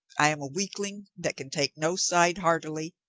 i am a weak ling that can take no side heartily,